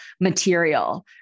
material